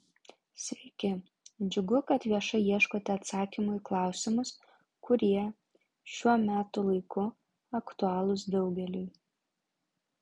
sveiki džiugu kad viešai ieškote atsakymų į klausimus kurie šiuo metų laiku aktualūs daugeliui